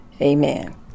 Amen